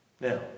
Now